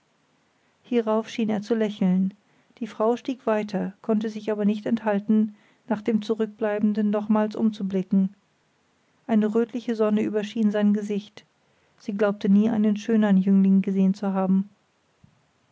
hierauf schien er zu lächeln die frau stieg weiter konnte sich aber nicht enthalten nach dem zurückbleibenden nochmals umzublicken eine rötliche sonne überschien sein gesicht sie glaubte nie einen schöhern jüngling gesehen zu haben